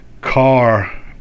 car